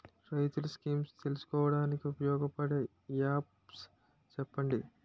రైతులు స్కీమ్స్ తెలుసుకోవడానికి ఉపయోగపడే యాప్స్ చెప్పండి?